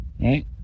right